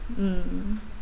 mm